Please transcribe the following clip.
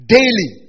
Daily